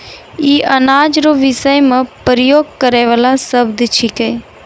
ई अनाज रो विषय मे प्रयोग करै वाला शब्द छिकै